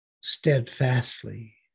steadfastly